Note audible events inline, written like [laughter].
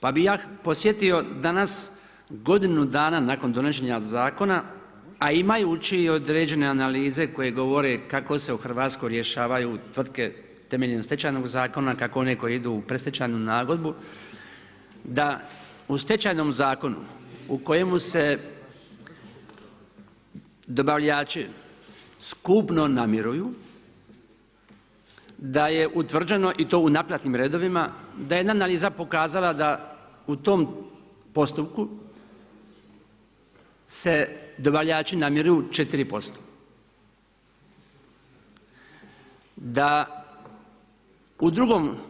Pa bih ja podsjetio danas godinu dana nakon donošenja zakona a imajući i određene analize koje govore kako se u Hrvatskoj rješavaju tvrtke temeljem Stečajnog zakona, kako one koje idu u predstečajnu nagodbu da u Stečajnom zakonu u kojemu se dobavljači skupno namiruju da je utvrđeno i to u naplatnim redovima, da je jedna analiza pokazala da u tom postupku se dobavljači namiruju 4%, da u drugom … [unintelligible]